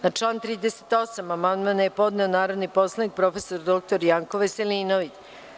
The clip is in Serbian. Na član 38. amandman je podneo narodni poslanik prof. dr Janko Veselinović.